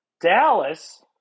Dallas